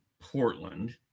Portland